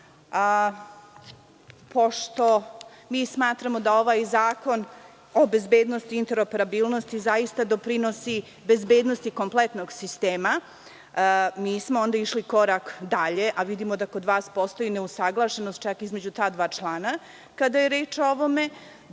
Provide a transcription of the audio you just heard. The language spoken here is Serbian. mi smatramo da ovaj zakon o bezbednosti i interoperabilnosti zaista doprinosi bezbednosti kompletnog sistema, mi smo onda išli korak dalje, a vidimo da kod vas postoji neusaglašenost čak i između ta dva člana kada je reč o ovome,